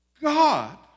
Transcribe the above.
God